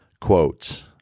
quotes